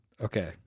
Okay